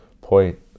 point